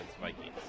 Vikings